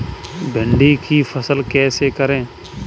भिंडी की फसल कैसे करें?